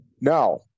Now